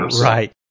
Right